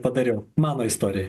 padariau mano istorijoj